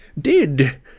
did